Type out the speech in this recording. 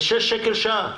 זה שישה שקלים לשעה".